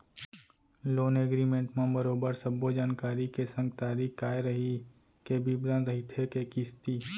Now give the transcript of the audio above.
loan agreement म बरोबर सब्बो जानकारी के संग तारीख काय रइही के बिबरन रहिथे के किस्ती